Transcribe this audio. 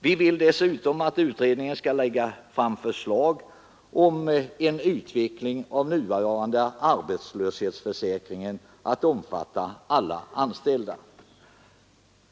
Vi vill dessutom att utredningen skall lägga fram förslag om en utveckling av den nuvarande arbetslöshetsförsäkringen att omfatta alla anställda.